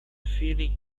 feeling